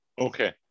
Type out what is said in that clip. Okay